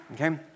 okay